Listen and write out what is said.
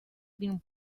been